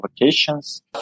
vacations